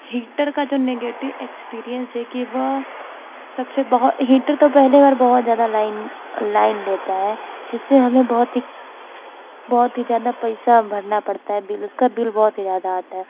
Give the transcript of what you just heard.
heater का जो negative experience है कि वह सब से बाहो हीटर तो पहले और बहुत ज़्यादा लाइन लाइन लेता है जिस से हमें बहोत ही बहुत ही ज़्यादा पैसा भरना पड़ता है बिल उसका बिल बहुत ही ज़्यादा आता है